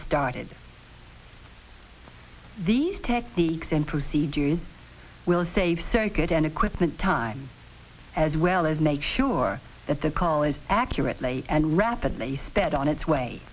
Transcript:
started these techniques and procedures will save circuit and equipment time as well as make sure that the call is accurately and rapidly sped on its way